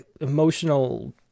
emotional